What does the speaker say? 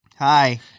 Hi